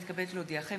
הינני מתכבדת להודיעכם,